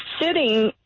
sitting